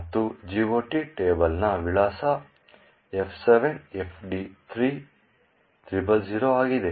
ನಮ್ಮ GOT ಟೇಬಲ್ನ ವಿಳಾಸ F7FD3000 ಆಗಿದೆ